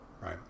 Right